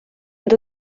ond